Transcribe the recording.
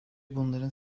bunların